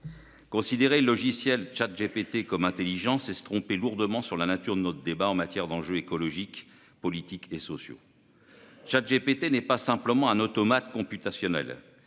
Considérer le logiciel ChatGPT comme intelligent, c'est se tromper lourdement sur la nature de notre débat et sur ses enjeux écologiques, politiques et sociaux. ChatGPT n'est pas simplement un automate computationnel.